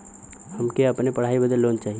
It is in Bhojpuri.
हमके अपने पढ़ाई बदे लोन लो चाही?